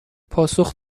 پاسخ